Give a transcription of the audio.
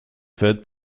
faites